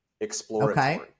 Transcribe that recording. exploratory